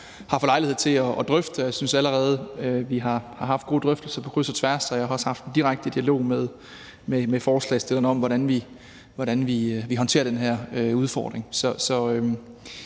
vi får lejlighed til at drøfte det. Jeg synes allerede, at vi har haft gode drøftelser på kryds og tværs, og jeg har også haft en direkte dialog med forslagsstillerne om, hvordan vi håndterer den her udfordring.